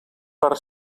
per